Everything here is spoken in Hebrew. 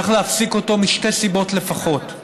צריך להפסיק אותו משתי סיבות לפחות: